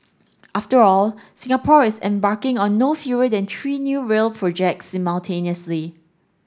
after all Singapore is embarking on no fewer than three new rail projects simultaneously